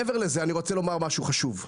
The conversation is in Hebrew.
מעבר לזה, אני רוצה לומר משהו חשוב.